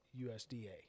USDA